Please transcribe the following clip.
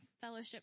fellowship